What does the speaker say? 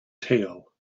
tail